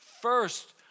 first